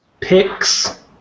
picks